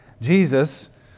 Jesus